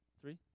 Three